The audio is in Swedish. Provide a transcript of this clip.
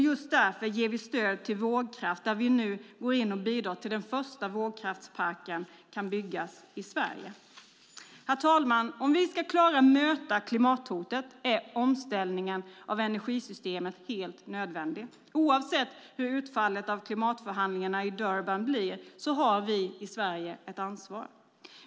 Just därför ger vi stöd till vågkraft, där vi nu går in och bidrar till att den första vågkraftsparken kan byggas i Sverige. Herr talman! Om vi ska klara att möta klimathotet är omställningen av energisystemet helt nödvändig. Oavsett hur utfallet av klimatförhandlingarna i Durban blir har vi i Sverige ett ansvar.